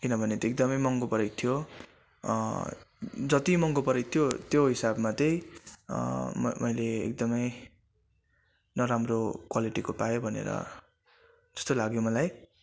किनभने त्यो एकदमै महँगो परेको थियो जति महँगो परेको थियो त्यो हिसाबमा चाहिँ म मैले एकदमै नराम्रो क्वालिटीको पाएँ भनेर त्यस्तो लाग्यो मलाई